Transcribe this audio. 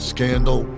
Scandal